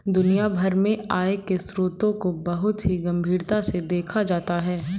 दुनिया भर में आय के स्रोतों को बहुत ही गम्भीरता से देखा जाता है